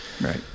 Right